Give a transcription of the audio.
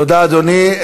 תודה, אדוני.